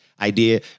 idea